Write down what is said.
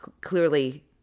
clearly